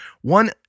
One